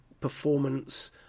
performance